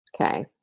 Okay